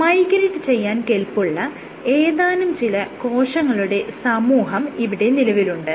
migrate ചെയ്യാൻ കെല്പുള്ള ഏതാനും ചില കോശങ്ങളുടെ സമൂഹം ഇവിടെ നിലവിലുണ്ട്